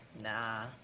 nah